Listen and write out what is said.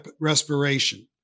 respiration